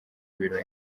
biro